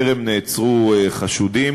טרם נעצרו חשודים,